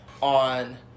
on